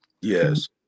Yes